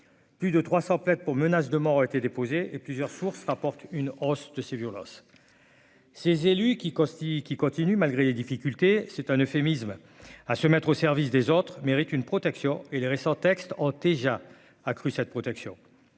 plus de 300 plaintes pour menaces de mort, a été déposée et plusieurs sources rapportent une hausse de ces violences, ces élus qui caustique, il continue malgré les difficultés, c'est un euphémisme, à se mettre au service des autres méritent une protection et les récents textes ont déjà accru cette protection